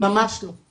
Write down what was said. ממש לא.